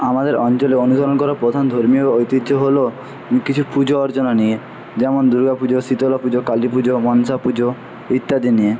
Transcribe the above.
আমাদের অঞ্চলে অনুসরণ করা প্রধান ধর্মীয় ঐতিহ্য হলো কিছু পুজো অর্চনা নিয়ে যেমন দুর্গা পুজো শীতলা পুজো কালী পুজো মনসা পুজো ইত্যাদি নিয়ে